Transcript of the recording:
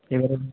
এবারে